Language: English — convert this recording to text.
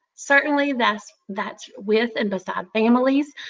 certainly, that's that's with and beside families,